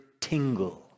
tingle